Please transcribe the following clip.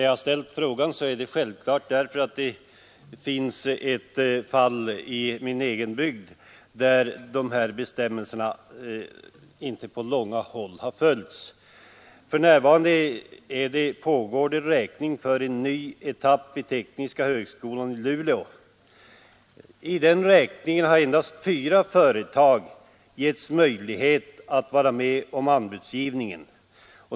Jag ställde frågan därför att det finns ett fall i min egen bygd där gällande bestämmelser inte på långa håll har följts. För närvarande pågår det räkning för en ny etapp vid tekniska högskolan i Luleå. I den räkningen har endast fyra företag getts möjlighet att vara med om anbudsgivningen.